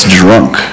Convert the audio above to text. drunk